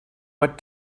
what